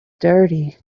dirty